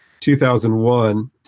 2001